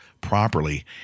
properly